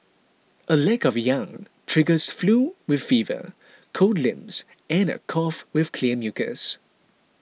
a lack of yang triggers flu with fever cold limbs and a cough with clear mucus